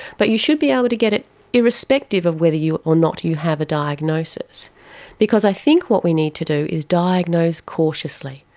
but you should be able to get it irrespective of whether or not you have a diagnosis because i think what we need to do is diagnose cautiously.